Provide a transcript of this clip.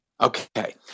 Okay